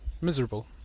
miserable